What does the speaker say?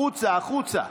החוצה, החוצה.